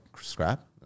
scrap